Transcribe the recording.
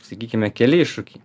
sakykime keli iššūkiai